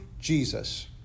Jesus